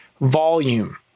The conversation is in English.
volume